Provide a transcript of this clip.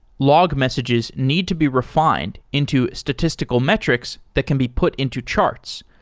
log messages need to be refined into statistical metrics that can be put into charts.